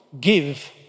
give